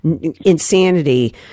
insanity